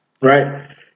right